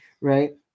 right